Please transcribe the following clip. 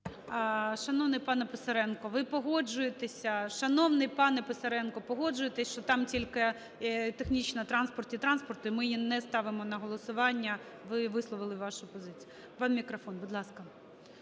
Шановний пане Писаренко, погоджуєтеся, що там тільки технічна: "транспорті" – "транспорту" – і ми її не ставимо на голосування? Ви висловили вашу позицію.